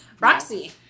Roxy